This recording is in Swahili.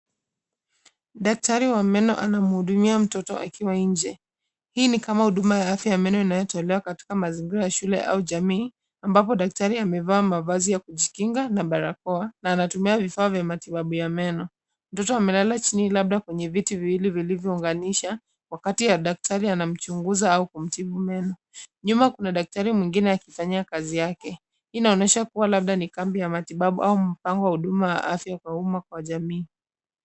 Daktari wa meno anamhudumia mtoto akiwa nje. Hii ni kama huduma ya afya ya meno inayotolewa katika mazingira ya shule au jamii ambapo daktari amevaa mavazi ya kujikinga na barakoa na anatumia vifaa vya matibabu ya meno. Mtoto amelala chini labda kwenye viti viwili vilivyounganisha wakati a daktari anamchunguza au kumtibu meno. Nyuma kuna daktari mwingine akifanya kazi yake inaonyesha kuwa labda ni kambi ya matibabu au mpango wa huduma ya afya kwa umma kwa jamii.